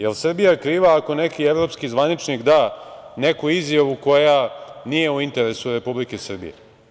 Da li je Srbija kriva ako neki evropski zvaničnik da neku izjavu koja nije u interesu Republike Srbije?